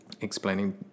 explaining